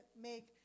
make